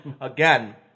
again